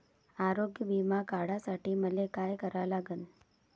आरोग्य बिमा काढासाठी मले काय करा लागन?